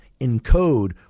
encode